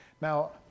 Now